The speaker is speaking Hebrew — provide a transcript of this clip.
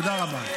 תודה רבה.